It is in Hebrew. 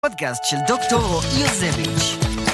פודקאסט של דוקטור יוסיבית'